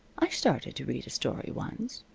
i started to read a story once.